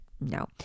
no